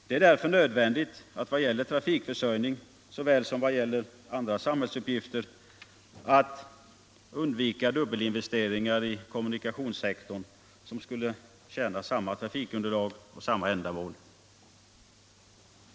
Det är därför nödvändigt vad gäller trafikförsörjning såväl som andra samhällsuppgifter att undvika dubbelinvesteringar i kommunikationssektorn, vilka skulle tjäna samma trafikunderlag och samma ändamål.